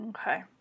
Okay